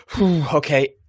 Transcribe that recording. okay